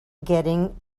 getting